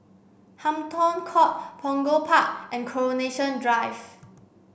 Hampton Court Punggol Park and Coronation Drive